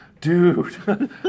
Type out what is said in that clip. dude